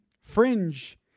Fringe